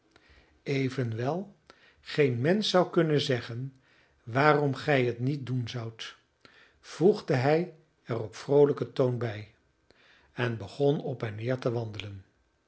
evenwel geen mensch zou kunnen zeggen waarom gij het niet doen zoudt voegde hij er op vroolijker toon bij en begon op en neer te wandelen